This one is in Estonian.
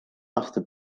aasta